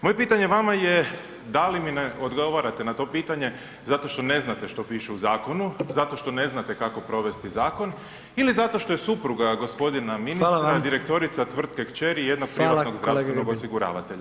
Moje pitanje vama je, da li mi ne odgovarate na to pitanje zato što ne znate što piše u zakonu, zato što ne znate kako provesti zakon ili zato što je supruga gospodina ministra direktorica tvrtke kćeri jednog privatnog zdravstvenog osiguravatelja?